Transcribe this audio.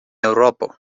eŭropo